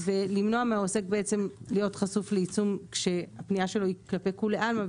ולמנוע מהעוסק להיות חשוף לעיצום כשהפנייה שלו היא כלפי כולי עלמא,